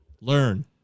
Learn